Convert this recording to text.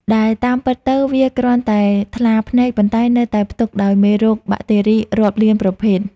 ដែលតាមពិតទៅវាគ្រាន់តែថ្លាភ្នែក ប៉ុន្តែនៅតែផ្ទុកដោយមេរោគបាក់តេរីរាប់លានប្រភេទ។